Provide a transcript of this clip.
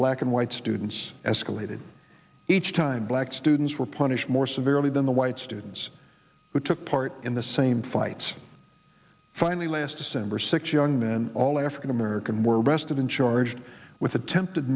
black and white students escalated each time black students were punished more severely than the white students who took part in the same fights finally last december six young men all african american were arrested and charged with attempted